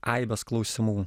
aibes klausimų